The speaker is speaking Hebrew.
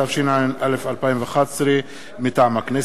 התשע"א 2011. לקריאה ראשונה,